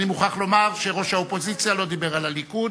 אני מוכרח לומר שראש האופוזיציה לא דיבר על הליכוד,